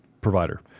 provider